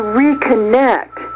reconnect